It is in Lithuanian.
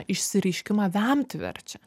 išsireiškimą vemt verčia